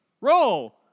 Roll